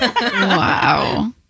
Wow